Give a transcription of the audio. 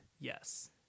Yes